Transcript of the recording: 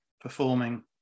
performing